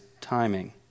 timing